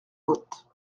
côtes